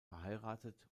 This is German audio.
verheiratet